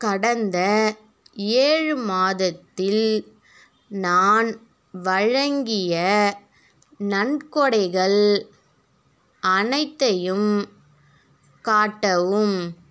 கடந்த ஏழு மாதத்தில் நான் வழங்கிய நன்கொடைகள் அனைத்தையும் காட்டவும்